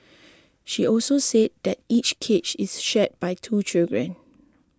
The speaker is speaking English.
she also said that each cage is shared by two children